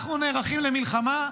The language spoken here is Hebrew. אנחנו נערכים למלחמה,